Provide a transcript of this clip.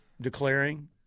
declaring